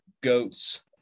GOATs